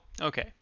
okay